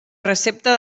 recepta